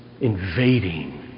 invading